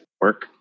work